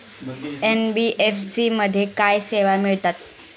NBFC मध्ये काय सेवा मिळतात?